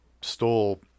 stole